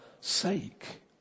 sake